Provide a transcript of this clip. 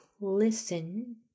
Listen